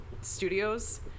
studios